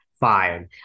fine